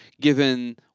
given